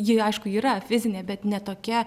ji aišku yra fizinė bet ne tokia